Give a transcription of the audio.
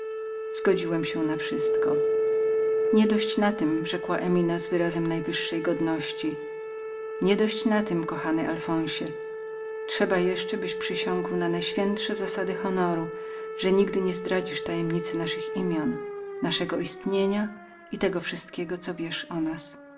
zgodziłem się na wszystko niedość na tem rzekła emina z wyrazem najwyższej godności nie dość na tem kochany alfonsie trzeba jeszcze byś przysiągł na najświętsze zasady honoru że nigdy nie zdradzisz tajemnicy o naszych imionach naszem istnieniu i tem wszystkiem co wiesz o nas